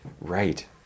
right